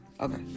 Okay